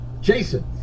Jason